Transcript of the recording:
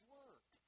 work